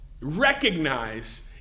recognize